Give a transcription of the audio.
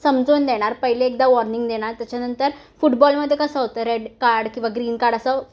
समजवून देणार पहिले एकदा वॉर्निंग देणार त्याच्यानंतर फुटबॉलमध्ये कसं होतं रेड कार्ड किंवा ग्रीन कार्ड असं